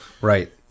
Right